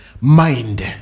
mind